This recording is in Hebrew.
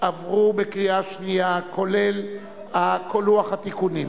עברו בקריאה שנייה, כולל לוח התיקונים.